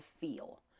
feel